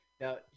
Now